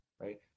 Right